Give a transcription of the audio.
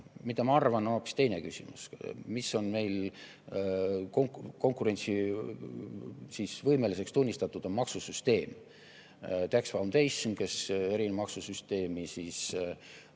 Mida ma arvan, on hoopis teine küsimus. Mis on meil konkurentsivõimeliseks tunnistatud, on maksusüsteem. Tax Foundation, kes eri maksusüsteeme